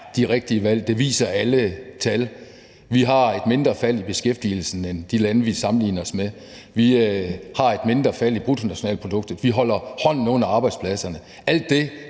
de rigtige valg. Det viser alle tal. Vi har et mindre fald i beskæftigelsen end de lande, vi sammenligner os med, vi har et mindre fald i bruttonationalproduktet, vi holder hånden under arbejdspladserne – alt det,